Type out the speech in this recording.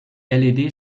led